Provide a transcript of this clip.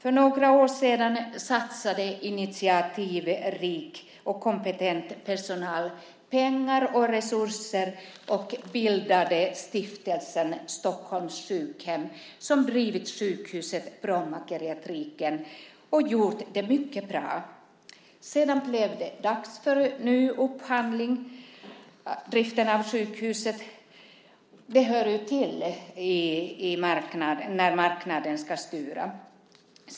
För några år sedan satsade initiativrik och kompetent personal pengar och resurser och bildade Brommageriatriken, som de har drivit mycket bra. Sedan blev det dags för ny upphandling - det hör ju till när marknaden ska styra.